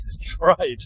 tried